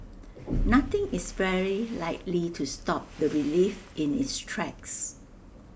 nothing is very likely to stop the relief in its tracks